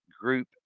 group